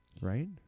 Right